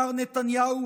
מר נתניהו,